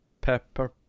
pepper